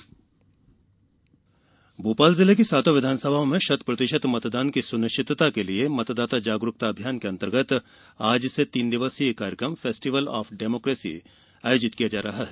festival of democracy Bhopal जिले की सातों विधानसभाओं में शतप्रतिशत मतदान की सुनिश्चितता के लिए मतदाता जागरूकता अभियान के अंतर्गत आज से तीन दिवसीय कार्यक्रम फेस्टिवल ऑफ डेमोक्रेसी आयोजित किया जा रहा है